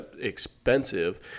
expensive